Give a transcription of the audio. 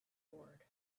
bored